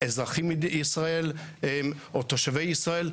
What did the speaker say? אזרחי ישראל או תושבי ישראל,